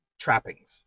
Trappings